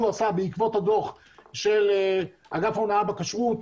עשה בעקבות הדוח של אגף ההונאה בכשרות.